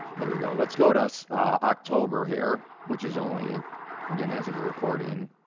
there we go, let's go to us october here, which is only again as of the recording.